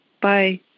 Bye